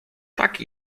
taki